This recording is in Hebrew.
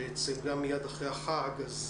גם אחרי החג.